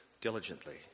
diligently